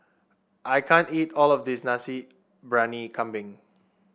I can't eat all of this Nasi Briyani Kambing